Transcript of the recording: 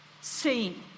seen